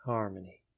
Harmony